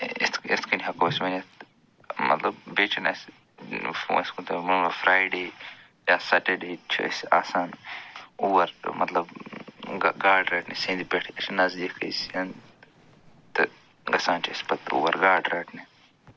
یِتھ یِتھ کٔنۍ ہٮ۪کَو أسۍ ؤنِتھ مطلب بیٚیہِ چھِنہٕ اَسہِ فرٛایڈے یا سَٹَڈے چھِ أسۍ آسان اور مطلب گہ گاڈٕ رٹنہِ سٮ۪نٛدِ پٮ۪ٹھ اَسہِ چھِ نزدیٖکٕے سٮ۪نٛد تہٕ گژھان چھِ أسۍ پتہٕ تور گاڈٕ رٹنہِ